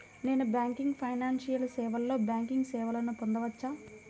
Non banking financial సేవలో banking సేవలను పొందవచ్చా?